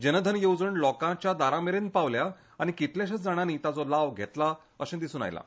जनधन येवजण लोकांच्या दारांमेरेन पावल्या आनी कितल्याश्याच जाणांनी ताचो लाव घेतला अशें दिसून आयलां